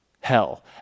hell